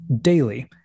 daily